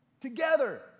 Together